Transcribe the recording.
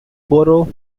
borough